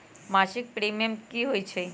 मासिक प्रीमियम की होई छई?